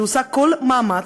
שעושה כל מאמץ,